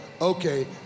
okay